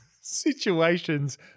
situations